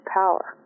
power